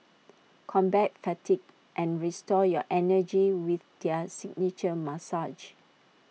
combat fatigue and restore your energy with their signature massages